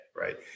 Right